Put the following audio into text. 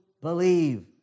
believe